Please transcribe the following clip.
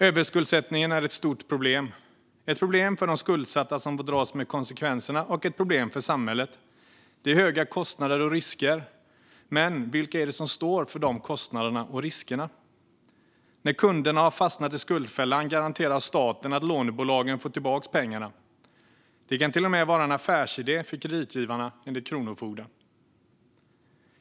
Överskuldsättningen är ett stort problem. Den är ett problem för de skuldsatta som får dras med konsekvenserna och ett problem för samhället. Det är höga kostnader och risker, men vilka är det som står för de kostnaderna och riskerna? När kunderna har fastnat i skuldfällan garanterar staten att lånebolagen får tillbaka pengarna. Det kan till och med vara en affärsidé för kreditgivarna, enligt Kronofogden.